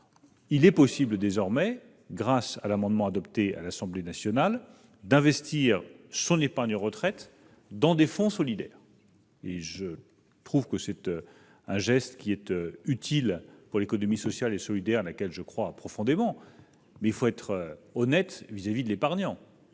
il pourra désormais, grâce à l'amendement adopté à l'Assemblée nationale, investir son épargne retraite dans des fonds solidaires. Un tel geste est utile pour l'économie sociale et solidaire, à laquelle je crois profondément, mais il faut être honnête avec l'épargnant